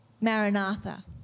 Maranatha